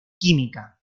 química